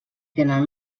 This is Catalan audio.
tenen